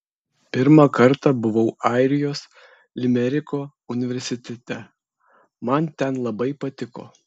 pirmą kartą buvau airijos limeriko universitete man ten labai patiko